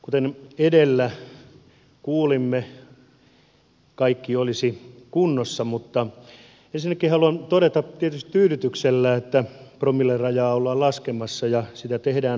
kuten edellä kuulimme kaikki olisi kunnossa mutta ensinnäkin haluan todeta tietysti tyydytyksellä että promillerajaa ollaan laskemassa ja sitä tehdään harkitusti